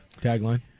tagline